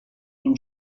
nou